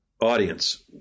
audience